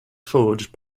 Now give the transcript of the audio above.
forge